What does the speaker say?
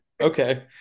Okay